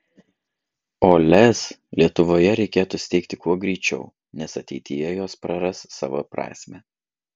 o lez lietuvoje reikėtų steigti kuo greičiau nes ateityje jos praras savo prasmę